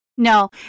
No